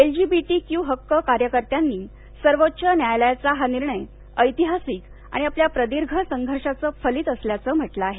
L G B T Q हक्क कार्यकर्त्यांनी सर्वोच्च न्यायालयाचा हा निर्णय ऐतिहासिक आणि आपल्या प्रदीर्घ संघर्षाचं फलित असल्याचं म्हंटलं आहे